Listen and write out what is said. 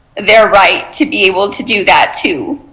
their right to be able to do that too.